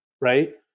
right